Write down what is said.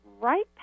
right